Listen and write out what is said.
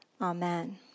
Amen